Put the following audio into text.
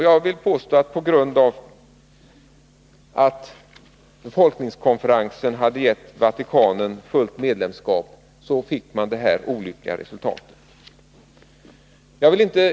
Jag vill påstå att just på grund av att befolkningskonferensen hade gett Vatikanen fullt medlemskap, så fick man detta olyckliga resultat.